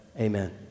Amen